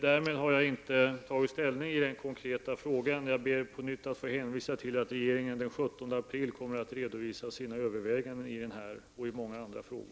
Därmed har jag inte tagit ställning i den konkreta frågan. Jag ber på nytt att få hänvisa till att regeringen den 17 april kommer att redovisa sina överväganden i den här frågan och i många andra frågor.